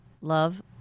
love